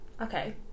okay